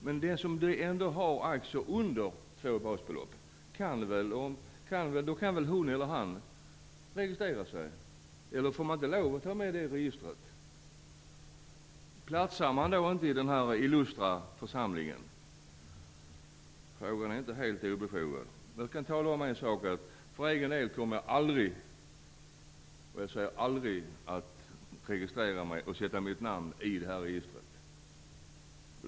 Den som har aktier till ett värde som understiger 2 basbelopp skall väl också kunna registrera sig, eller får man inte lov att ta med det i registret? Platsar man då inte i den här illustra församlingen? Frågan är inte helt obefogad. Jag kan tala om en sak: För egen del kommer jag aldrig att registrera mig och sätta mitt namn i detta register.